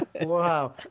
Wow